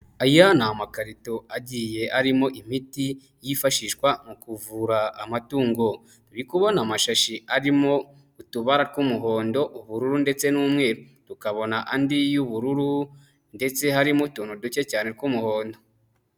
Aya ni amakarito agiye arimo imiti yifashishwa mu kuvura amatungo. Turi kubona amashashi arimo utubara tw'umuhondo, ubururu ndetse n'umweru. Tukabona andi y'ubururu ndetse harimo utuntu duke cyane tw'umuhondo.